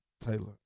Taylor